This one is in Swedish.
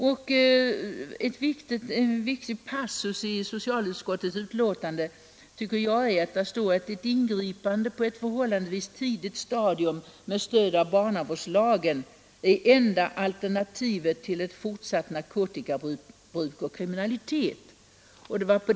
En viktig passus i socialutskottets betänkande tycker jag är att ett ingripande på ett förhållandevis tidigt stadium med stöd av barnavårdslagen är enda alternativet till fortsatt narkotikabruk och kriminalitet.